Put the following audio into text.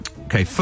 Okay